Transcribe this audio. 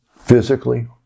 physically